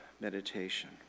meditation